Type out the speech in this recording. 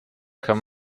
kann